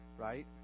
Right